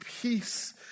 peace